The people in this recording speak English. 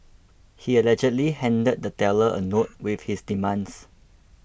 he allegedly handed the teller a note with his demands